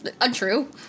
Untrue